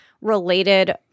related